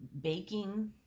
baking